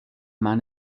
man